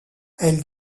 elle